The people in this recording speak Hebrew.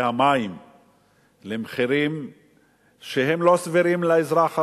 המים למחירים שהם לא סבירים לאזרח הרגיל.